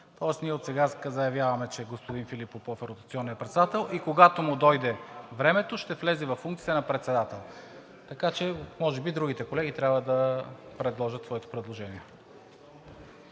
Тоест ние отсега заявяваме, че господин Филип Попов е ротационният председател и когато му дойде времето, ще влезе във функциите на председател, така че може би другите колеги трябва да направят своите предложения.